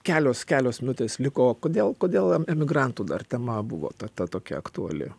kelios kelios minutės liko kodėl kodėl emigrantų dar tema buvo ta ta tokia aktuali